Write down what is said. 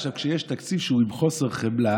עכשיו, כשיש תקציב שהוא עם חוסר חמלה,